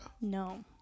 No